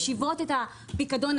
משיבות את הפיקדון.